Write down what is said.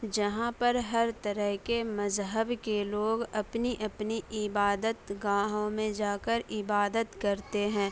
جہاں پر ہر طرح کے مذہب کے لوگ اپنی اپنی عبادت گاہوں میں جاکر عبادت کرتے ہیں